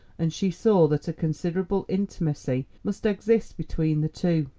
and she saw that a considerable intimacy must exist between the two.